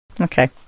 Okay